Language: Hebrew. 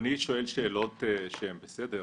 אדוני שואל שאלות שהן בסדר,